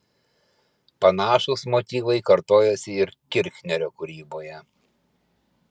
panašūs motyvai kartojosi ir kirchnerio kūryboje